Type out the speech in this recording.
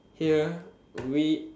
here we